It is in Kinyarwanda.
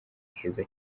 heza